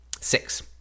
Six